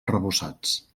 arrebossats